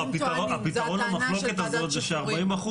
הפתרון למחלוקת הזאת זה ש-40%,